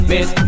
Miss